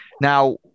Now